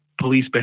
police